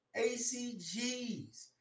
acgs